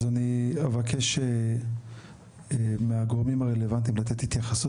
אני אבקש מהגורמים הרלוונטיים לתת התייחסות.